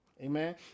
Amen